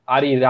Ari